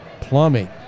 plumbing